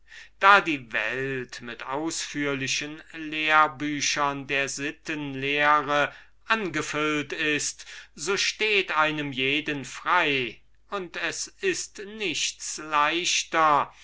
da die welt mit ausführlichen lehrbüchern der sittenlehre angefüllt ist so steht einem jeden frei und es ist nichts leichters